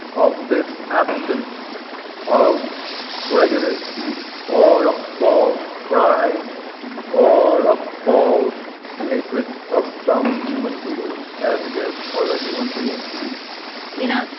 of this absence of prejudice or of false pride or of false hatred of some human beings as against other human beings you know,